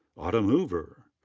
autumn hoover.